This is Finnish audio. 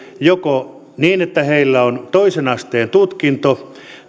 niin että heillä on toisen asteen tutkinto